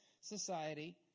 society